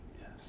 Yes